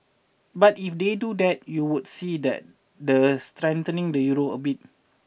but if they do that you would see that the strengthen the Euro a bit